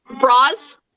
bras